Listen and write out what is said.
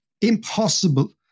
impossible